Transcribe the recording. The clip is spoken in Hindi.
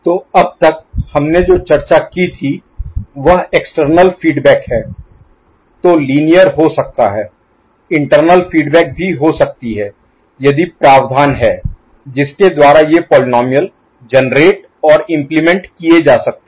तो अब तक हमने जो चर्चा की थी वह एक्सटर्नल फीडबैक है तो लीनियर हो सकता है इंटरनल फीडबैक भी हो सकती है यदि प्रावधान है जिसके द्वारा ये पोलीनोमिअल जेनेरेट और इम्प्लीमेंट Implement कार्यान्वित किए जा सकते हैं